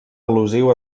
al·lusiu